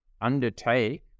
undertake